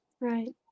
Right